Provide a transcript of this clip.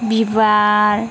बिबार